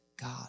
God